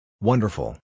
Wonderful